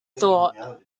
thought